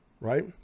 Right